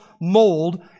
mold